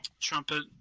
Trumpet